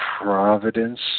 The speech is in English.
Providence